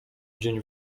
dzień